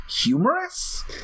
Humorous